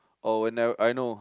oh when I I know